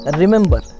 remember